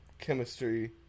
chemistry